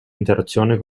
interazione